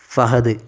Fahad